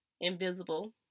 invisible